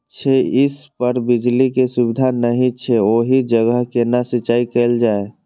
छै इस पर बिजली के सुविधा नहिं छै ओहि जगह केना सिंचाई कायल जाय?